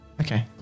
Okay